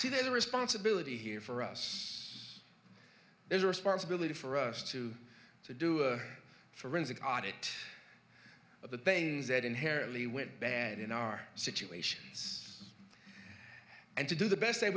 see there's a responsibility here for us there's a responsibility for us too to do a forensic audit of the things that inherently went bad in our situation and to do the best